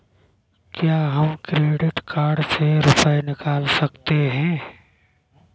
क्या हम credit card से रुपये निकाल सकते हैं?